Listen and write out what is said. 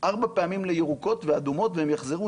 ארבע פעמים לירוקות ולאדומות והן יחזרו,